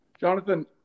Jonathan